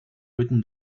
written